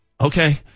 Okay